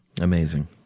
Amazing